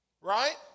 right